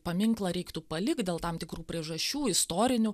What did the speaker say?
paminklą reiktų palikt dėl tam tikrų priežasčių istorinių